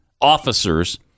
officers